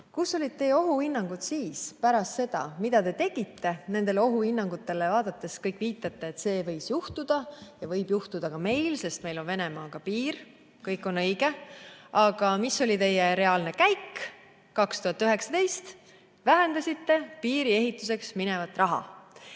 Kus olid teie ohuhinnangud siis, pärast seda? Mida te tegite nendele ohuhinnangutele vaadates? Kõik te viitate, et see juhtus ja võib juhtuda ka meil, sest meil on Venemaaga piir. Kõik on õige. Aga mis oli teie reaalne käik 2019? Te vähendasite piiriehituseks minevat raha.